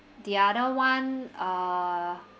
the other one uh